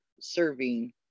serving